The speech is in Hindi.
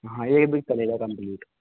हाँ एक वीक चलेगा कम्प्लीट